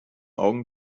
augen